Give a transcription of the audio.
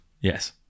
Yes